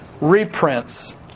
reprints